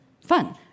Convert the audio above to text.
Fun